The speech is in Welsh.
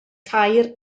tair